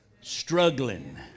struggling